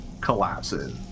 collapses